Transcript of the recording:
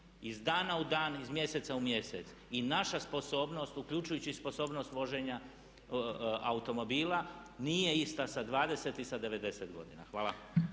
iz dana u dan, iz mjeseca u mjesec. I naša sposobnost uključujući i sposobnost voženja automobila nije ista sa 20 i sa 90 godina. Hvala.